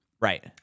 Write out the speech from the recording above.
Right